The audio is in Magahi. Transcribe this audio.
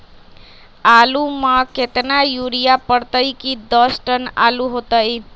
आलु म केतना यूरिया परतई की दस टन आलु होतई?